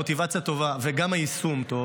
המוטיבציה טובה וגם היישום טוב